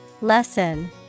Lesson